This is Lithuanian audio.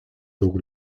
daug